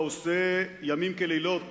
העושה לילות